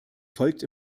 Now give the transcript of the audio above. folgt